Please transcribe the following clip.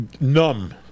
numb